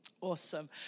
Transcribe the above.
Awesome